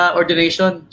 ordination